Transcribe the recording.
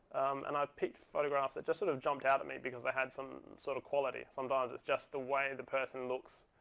and i've picked photographs that sort of jumped out at me, because i had some sort of quality. sometimes it's just the way the person looks.